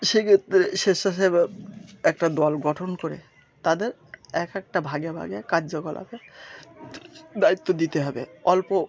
সেক্ষেত্রে স্বেচ্ছাসেবক একটা দল গঠন করে তাদের এক একটা ভাগে ভাগে কার্যকলাপে দায়িত্ব দিতে হবে অল্প